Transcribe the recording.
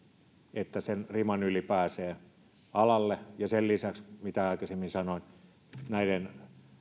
että sen riman yli pääsee alalle ja sen lisäksi mitä aikaisemmin sanoin näiden